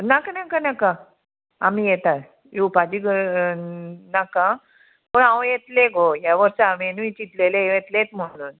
नाका नाका नाका आमी येता येवपाची गर नाका पूण हांव येतले गो ह्या वर्सा हांवेनूय चिंतलेले येतलेच म्हुणून